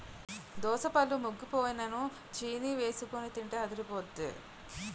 దోసపళ్ళు ముగ్గిపోయినై చీనీఎసికొని తింటే అదిరిపొద్దే